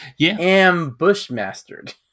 ambushmastered